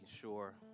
sure